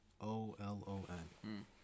O-L-O-N